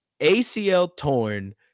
ACL-torn